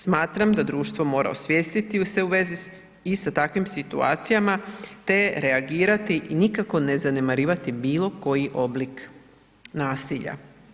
Smatram da društvo mora osvijestiti se u vezi s i sa takvim situacijama te reagirati i nikako ne zanemarivati bilo koji oblik nasilja.